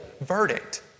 verdict